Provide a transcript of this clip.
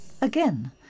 Again